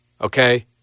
Okay